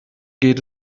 geht